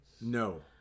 No